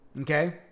okay